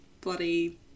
bloody